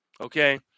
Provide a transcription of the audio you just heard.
Okay